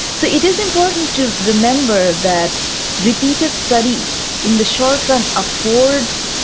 so it is important to remember that repeated study in the short run affords